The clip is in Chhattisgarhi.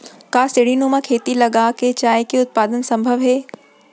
का सीढ़ीनुमा खेती लगा के चाय के उत्पादन सम्भव हे?